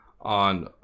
on